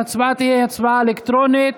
ההצבעה תהיה הצבעה אלקטרונית.